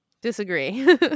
Disagree